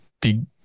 big –